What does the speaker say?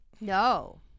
No